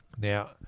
Now